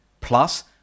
plus